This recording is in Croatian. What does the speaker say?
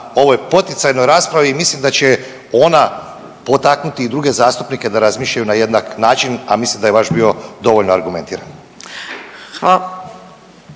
ovoj poticajnoj raspravi i mislim da će ona potaknuti i druge zastupnike da razmišljaju na jednak način, a mislim da je vaš bio dovoljno argumentiran.